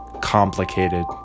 complicated